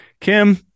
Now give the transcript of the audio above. Kim